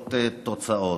לראות תוצאות.